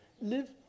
live